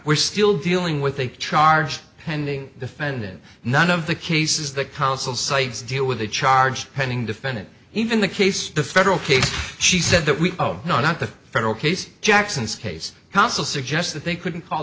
we're still dealing with a charge pending defendant none of the cases the council sites deal with a charge pending defendant even the case the federal case she said that we have not the federal case jackson's case counsel suggests that they couldn't call